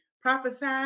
Prophesy